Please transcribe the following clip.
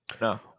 No